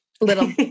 little